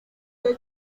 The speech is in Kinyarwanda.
cya